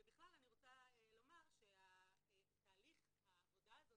ובכלל אני רוצה לומר שהעבודה הזאת